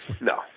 No